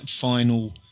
final